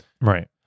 right